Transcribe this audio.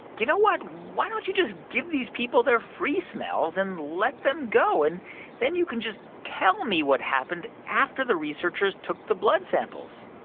you know what? why don't you just give these people their free smells and let them go, and then you can just tell me what happened after the researchers took the blood samples?